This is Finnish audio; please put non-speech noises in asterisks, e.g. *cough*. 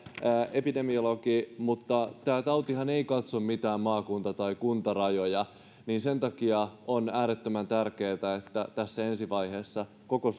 epidemiologi mutta tämä tautihan ei katso mitään maakunta tai kuntarajoja ja sen takia on äärettömän tärkeätä että tässä ensivaiheessa koko *unintelligible*